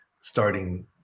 starting